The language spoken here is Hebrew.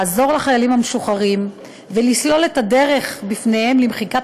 לעזור לחיילים המשוחררים ולסלול לפניהם את הדרך למחיקת